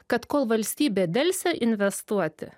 kad kol valstybė delsė investuoti